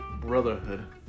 brotherhood